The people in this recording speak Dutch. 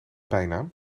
bijnaam